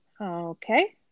Okay